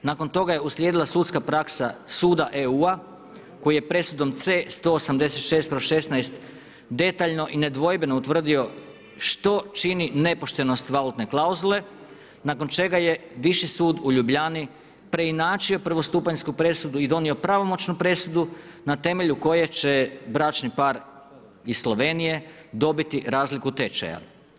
Nakon toga je uslijedila sudska praksa suda EU koji je presudom C 186/16 detaljno i nedvojbeno utvrdio što čini nepoštenost valutne klauzule nakon čega je Viši sud u Ljubljani preinačio prvostupanjsku presudu i donio pravomoćnu presudu na temelju koje će bračni par iz Slovenije dobiti razliku tečaja.